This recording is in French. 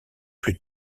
plus